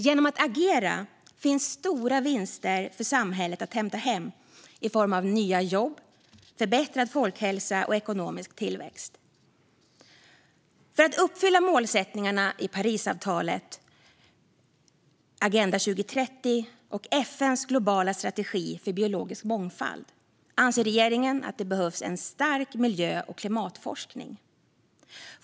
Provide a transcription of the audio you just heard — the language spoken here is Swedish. Genom att agera finns stora vinster för samhället att hämta hem i form av nya jobb, förbättrad folkhälsa och ekonomisk tillväxt. För att uppfylla målsättningarna i Parisavtalet, Agenda 2030 och FN:s globala strategi för biologisk mångfald anser regeringen att det behövs en stark miljö och klimatforskning.